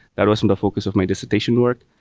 that was in the focus of my dissertation work.